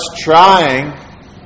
trying